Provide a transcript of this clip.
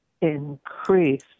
increase